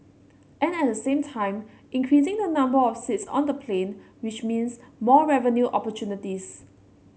and at the same time increasing the number of seats on the plane which means more revenue opportunities